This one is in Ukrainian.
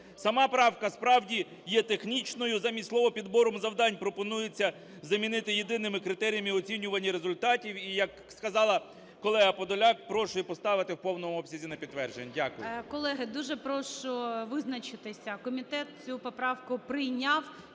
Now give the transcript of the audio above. Сама правка справді є технічною. Замість слова "підбором завдань" пропонується замінити "єдиними критеріями оцінювання результатів". І як сказала колега Подоляк, прошу її поставити у повному обсязі на підтвердження. Дякую.